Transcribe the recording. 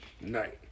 night